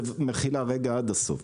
במחילה, רגע, עד הסוף.